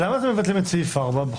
למה מבטלים את סעיף 4 בחוק,